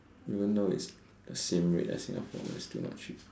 even though it's the same rate as Singapore it's still not cheap